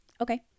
Okay